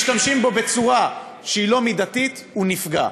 בו בצורה שהיא לא מידתית, הוא נפגע.